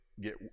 get